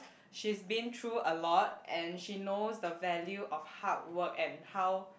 she's been through a lot and she knows the value of hard work and how